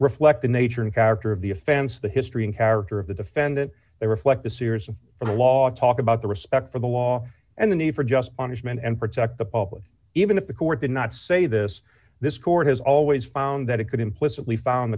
reflect the nature and character of the offense the history and character of the defendant they reflect the seriousness of the law talk about the respect for the law and the need for just punishment and protect the public even if the court did not say this this court has always found that it could implicitly found